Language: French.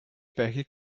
paris